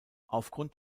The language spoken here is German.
aufgrund